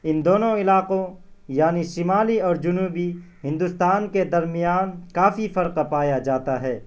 ان دونوں علاقوں یعنی شمالی اور جنوبی ہندوستان کے درمیان کافی فرق پایا جاتا ہے